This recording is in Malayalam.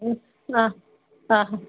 ആ